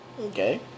Okay